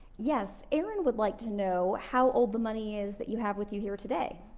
yes, aaron would like to know how old the money is that you have with you here today.